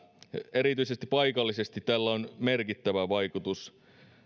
erityisesti paikallisesti tällä on merkittävä vaikutus